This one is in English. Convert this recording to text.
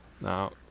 Now